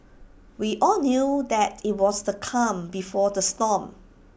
we all knew that IT was the calm before the storm